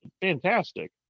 fantastic